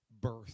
birth